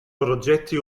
progetti